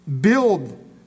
build